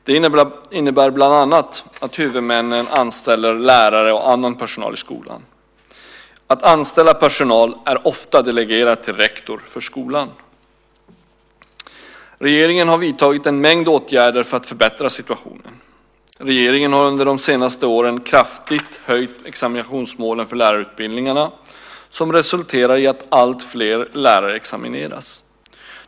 Det innebär bland annat att huvudmännen anställer lärare och annan personal i skolan. Att anställa personal är ofta delegerat till rektor för skolan. Regeringen har vidtagit en mängd åtgärder för att förbättra situationen. Regeringen har under de senaste åren kraftigt höjt examinationsmålen för lärarutbildningarna som resulterar i att alltfler lärare examineras.